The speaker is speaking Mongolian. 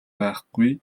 байхгүй